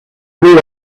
blue